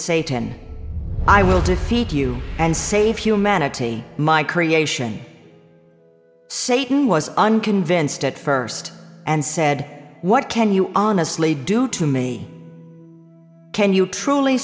satan i will defeat you and save humanity my creation satan was unconvinced at first and said what can you honestly do to me can you truly